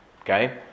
okay